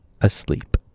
asleep